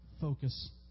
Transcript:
Focus